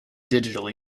digitally